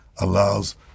allows